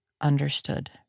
understood